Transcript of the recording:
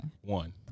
One